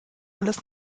alles